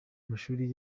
amashuri